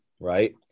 right